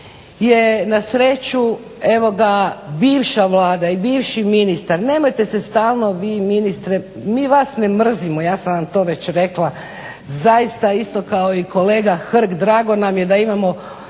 je na sreću evo ga bivša Vlada i bivši ministar, nemojte se stalno vi ministre, mi vas ne mrzimo, ja sam vam to već rekla. Zaista isto kao i kolega Hrg, drago nam je da imamo,